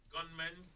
Gunmen